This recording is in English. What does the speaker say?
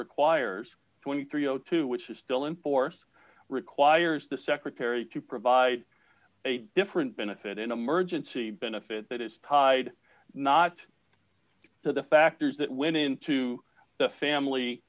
requires twenty three o two which is still in force requires the secretary to provide a different benefit in a merge and see benefit that is tied not to the factors that went into the family